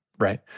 Right